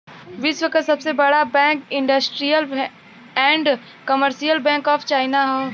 विश्व क सबसे बड़ा bank industrial and commercial bank of China हौ